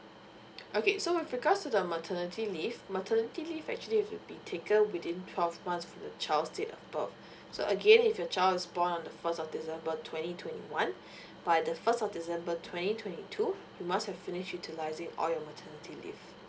okay so with regards to the maternity leave maternity leave actually it should taken within twelve months from the child's date of birth so again if your child is born on the first of december twenty twenty one by the first of december twenty twenty two you must have finish utilising all your maternity leave